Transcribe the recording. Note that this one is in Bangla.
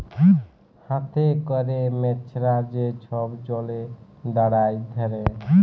হাতে ক্যরে মেছরা যে ছব জলে দাঁড়ায় ধ্যরে